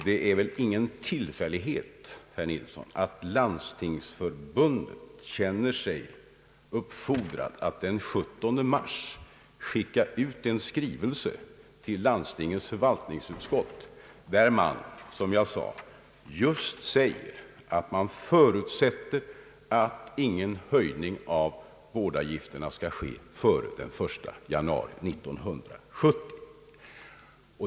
Det är väl ingen tillfällighet, herr Nilsson, att Landstingsförbundet känner sig uppfordrat att den 17 mars skicka ut en skrivelse till landstingens förvaltningsutskott där man, som jag nämnde, just säger att man förutsätter att ingen höjning av vårdavgifterna skall ske före den 1 januari 1970.